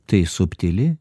tai subtili